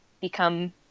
become